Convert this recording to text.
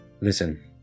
Listen